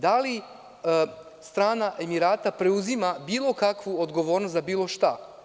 Da li strana Emirata preuzima bilo kakvu odgovornost za bilo šta?